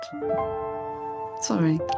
Sorry